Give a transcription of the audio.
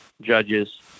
judges